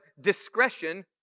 discretion